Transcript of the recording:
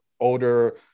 older